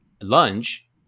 lunge